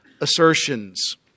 assertions